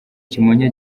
kimonyo